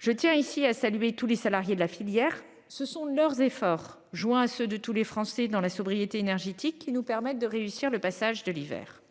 Je tiens ici à saluer tous les salariés de la filière : ce sont leurs efforts, conjugués à ceux de tous les Français dans la sobriété énergétique, qui nous permettent de réussir le passage de l'hiver.